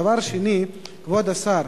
דבר שני, כבוד השר,